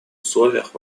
условиях